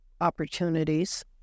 opportunities